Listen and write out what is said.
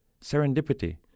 Serendipity